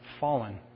fallen